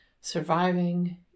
surviving